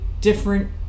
different